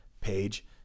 page